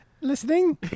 Listening